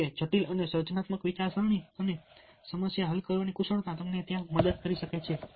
જો કે જટિલ અને સર્જનાત્મક વિચારસરણી અને સમસ્યા હલ કરવાની કુશળતા તમને ત્યાં મદદ કરી શકે છે